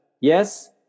Yes